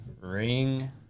ring